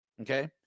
Okay